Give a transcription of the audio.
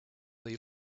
they